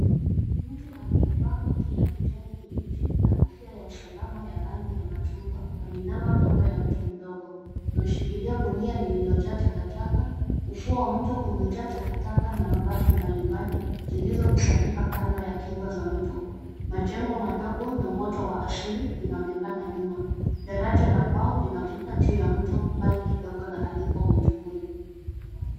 Mtu aliyevaa koti la kijani kibichi n kofia ya usalama wa rangi ya machungwa ameinama kando ya mto mdogo ameshikilia gunia lililojaa takataka, ufuo wa mto umejaa takataka na mabaki mbalimbali zilizokusanyika kando ya kingo za mto, majengo madogo na woto wa asili zinaonekana nyuma, daraja la mbao linavuka juu ya mtu mbali kidogo na alipo mtu huyo.